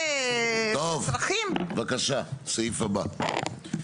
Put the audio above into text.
טוב, בבקשה סעיף הבא.